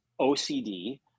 OCD